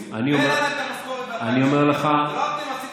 מי העלה להם את המשכורת,